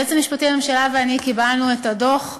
היועץ המשפטי לממשלה ואני קיבלנו את הדוח,